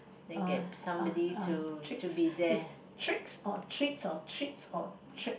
uh treats it's treats or treats or treats or treat